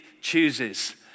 chooses